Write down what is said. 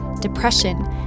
depression